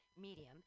medium